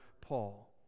Paul